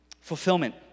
fulfillment